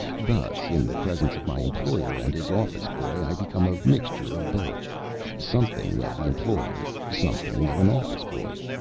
thus in the presence of my employer and his office-boy i become a mixture of both something of the employer, something of an office-boy.